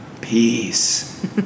peace